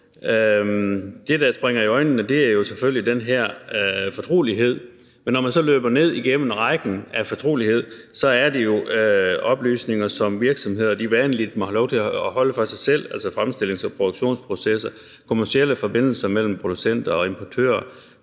Det, der springer i øjnene, er selvfølgelig det her om fortrolighed, men når man så løber rækken af fortroligheder igennem, er det jo oplysninger, som virksomheder vanligt må have lov til at holde for sig selv. Det er fremstillings- og produktionsprocesser, kommercielle forbindelser mellem producent og importør,